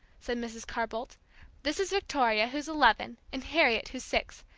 said mrs. carr-boldt. this is victoria, who's eleven, and harriet, who's six.